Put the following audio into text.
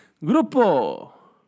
Grupo